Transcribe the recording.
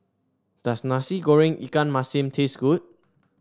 does Nasi Goreng Ikan Masin taste good